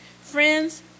Friends